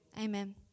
Amen